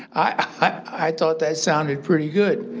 i thought that sounded pretty good.